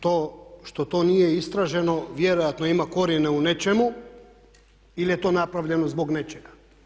To što to nije istraženo vjerojatno ima korijene u nečemu ili je to napravljeno zbog nečega.